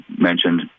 mentioned